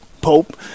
pope